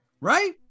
right